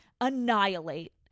annihilate